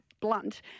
blunt